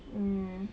mm